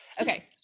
Okay